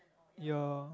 your